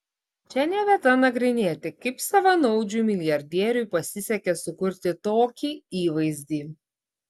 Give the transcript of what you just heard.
čia ne vieta nagrinėti kaip savanaudžiui milijardieriui pasisekė sukurti tokį įvaizdį